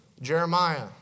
Jeremiah